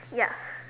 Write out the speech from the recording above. ya